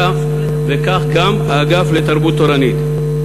וכך גם האגף לתרבות תורנית.